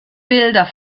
bilder